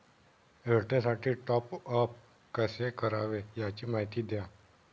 एअरटेलसाठी टॉपअप कसे करावे? याची माहिती द्या